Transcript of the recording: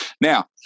Now